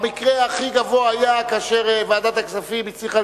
המקרה הכי גבוה היה כאשר ועדת הכספים הצליחה